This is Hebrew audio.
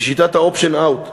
היא שיטת ה-option-out,